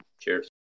cheers